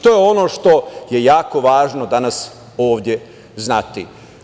To je ono što je jako važno danas ovde znati.